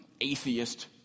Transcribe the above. atheist